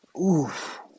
Oof